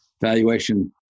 valuation